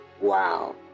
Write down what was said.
Wow